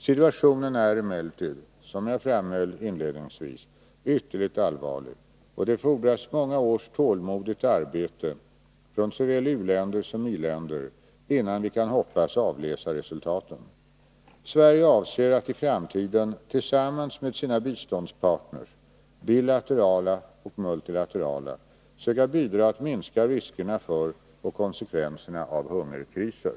Situationen är emellertid, som jag framhöll inledningsvis, ytterligt allvarlig, och det fordras många års tålmodigt arbete, från såväl u-länder som i-länder, innan vi kan hoppas avläsa resultaten. Sverige avser att i framtiden tillsammans med sina biståndspartner — bilaterala och multilaterala — söka bidra till att minska riskerna för och konsekvenserna av hungerkriser.